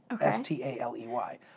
S-T-A-L-E-Y